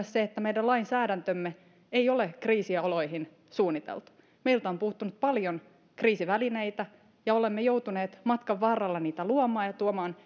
se että meidän lainsäädäntömme ei ole kriisioloihin suunniteltu meiltä on puuttunut paljon kriisivälineitä ja olemme joutuneet matkan varrella niitä luomaan ja tuomaan